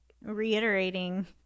reiterating